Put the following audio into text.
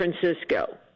Francisco